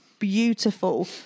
beautiful